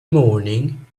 morning